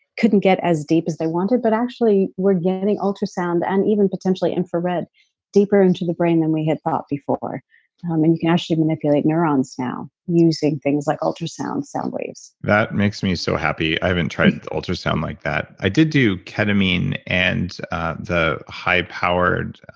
couldn't get as deep as they wanted but actually we're getting ultrasound and even potentially infrared deeper into the brain than we had thought before, um and you can actually manipulate neurons now using things like ultrasound sound waves that makes me so happy. i haven't tried ultrasound like that. i did do ketamine and the high powered